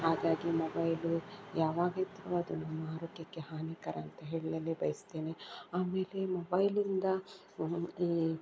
ಹಾಗಾಗಿ ಮೊಬೈಲು ಯಾವಾಗಿದ್ದರೂ ಅದು ನಮ್ಮ ಆರೋಗ್ಯಕ್ಕೆ ಹಾನಿಕರ ಅಂತ ಹೇಳಲು ಬಯಸ್ತೇನೆ ಆಮೇಲೆ ಮೊಬೈಲಿಂದ ಈ